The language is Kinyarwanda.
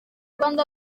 rwanda